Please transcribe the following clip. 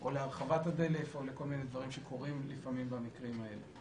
או להרחבת הדלף או לכל מיני דברים שקורים לפעמים במקרים האלה.